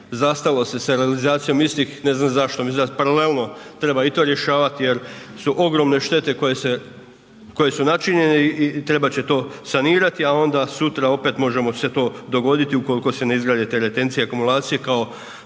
zastalo se sa realizacijom istih. Ne znam zašto, mislim da paralelno treba i to rješavati jer su ogromne štete koje su načinjene i trebat će to sanirati, a onda sutra opet možemo se to dogoditi ukoliko se ne izgrade te retencije, akumulacije kao